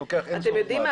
אתם יודעים מה?